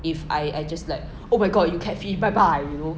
if I I just like oh my god you catfish bye bye